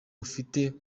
ufite